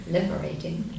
Liberating